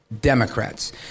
Democrats